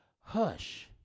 Hush